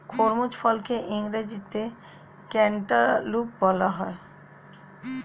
খরমুজ ফলকে ইংরেজিতে ক্যান্টালুপ বলা হয়